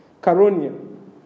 Caronia